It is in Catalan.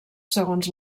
segons